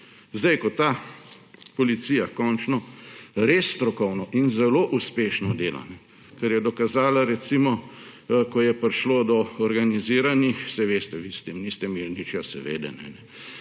vladami. Ko ta policija zdaj končno res strokovno in zelo uspešno dela, kar je dokazala recimo, ko je prišlo do organiziranih – saj veste, vi s tem niste imeli nič, seveda ne –